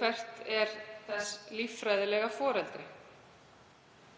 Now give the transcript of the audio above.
hvert þess líffræðilega foreldri